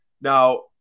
Now